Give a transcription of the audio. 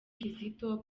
kizito